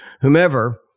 whomever